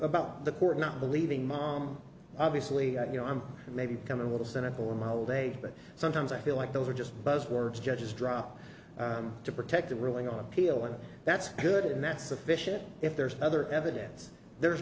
about the court not believing mom obviously you know i'm maybe becoming a little cynical in my old age but sometimes i feel like those are just buzzwords judges drop to protect the ruling on appeal and that's good and that's sufficient if there's other evidence there's